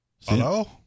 Hello